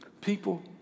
People